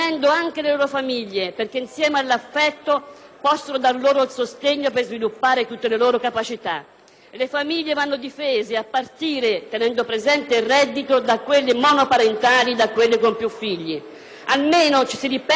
possano dare loro il sostegno per sviluppare tutte le loro capacità. Le famiglie vanno difese a partire, tenendo presente il reddito, da quelle monoparentali e da quelle con più figli. Almeno ci si ripensi e si accolgano alcuni degli emendamenti presentati,